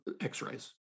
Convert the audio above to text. X-rays